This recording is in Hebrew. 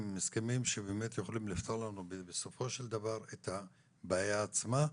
הם הסכמים שבאמת יכולים לפתור לנו את הבעיה עצמה.